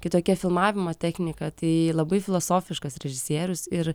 kitokia filmavimo technika tai labai filosofiškas režisierius ir